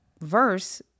verse